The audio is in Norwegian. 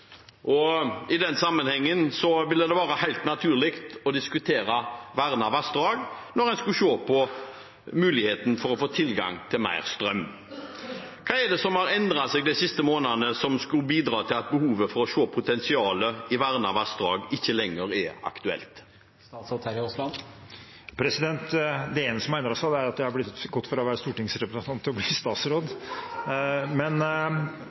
I den sammenhengen var det helt naturlig å diskutere vernede vassdrag, når en skulle se på muligheten for å få tilgang til mer strøm. Hva er det som har endret seg de siste månedene som skal ha bidratt til at behovet for å se potensialet i vernede vassdrag ikke lenger er aktuelt? Det eneste som har endret seg, er at jeg har gått fra å være stortingsrepresentant til å bli statsråd.